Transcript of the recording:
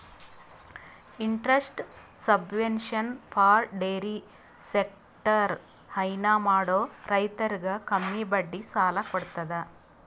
interest subvention for dairy sector ಹೈನಾ ಮಾಡೋ ರೈತರಿಗ್ ಕಮ್ಮಿ ಬಡ್ಡಿ ಸಾಲಾ ಕೊಡತದ್